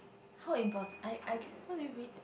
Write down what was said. how import~ I I guess